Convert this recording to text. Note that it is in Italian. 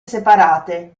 separate